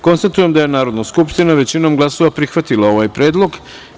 Konstatujem da je Narodna skupština većinom glasova prihvatila ovaj predlog.